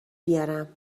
بیارم